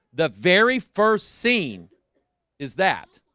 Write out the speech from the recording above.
the very first scene is that